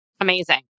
Amazing